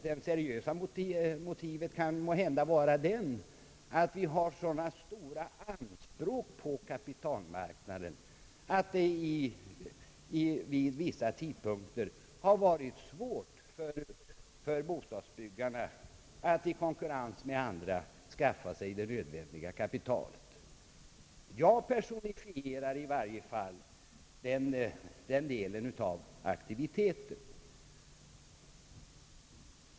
Den verkliga orsaken kan måhända vara att vi har så stora anspråk på kapitalmarknaden att det vid vissa tidpunkter har varit svårt för bostadsbyggarna att i konkurrens med andra skaffa sig det nödvändiga kapitalet. Jag personifierar i varje fall den delen av aktiviteten.